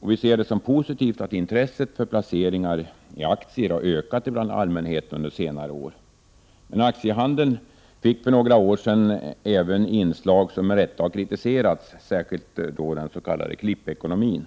och vi ser det som positivt att intresset för placeringar i aktier har ökat bland allmänheten under senare år. Men aktiehandeln fick för några år sedan även inslag som med rätta har kritiserats, särskilt då den s.k. klippekonomin.